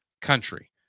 country